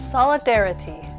Solidarity